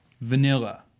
Vanilla